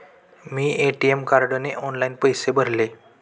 मी ATM कार्डने online पैसे भरले